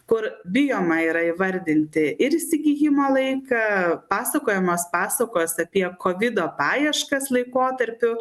kur bijoma yra įvardinti ir įsigijimo laiką pasakojamos pasakos apie kovido paieškas laikotarpiu